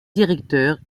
directeur